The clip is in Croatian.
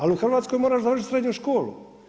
Ali u Hrvatskoj moraš završiti srednju školu.